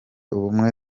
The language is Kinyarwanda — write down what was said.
ubumwe